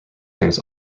things